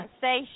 say